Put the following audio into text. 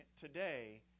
today